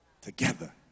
together